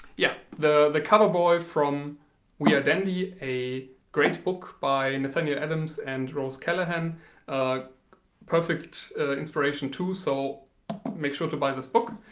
yeah the the cover boy from we are dandy a great book by nathaniel adams and rose callahan ah perfect ah inspiration too so make sure to buy this book